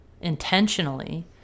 intentionally